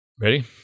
Ready